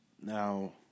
Now